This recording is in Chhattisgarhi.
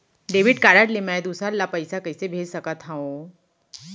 डेबिट कारड ले मैं दूसर ला पइसा कइसे भेज सकत हओं?